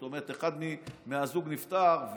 זאת אומרת אחד מבני הזוג נפטר,